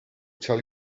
tell